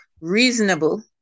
reasonable